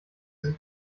sie